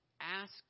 asked